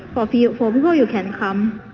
but you know you can come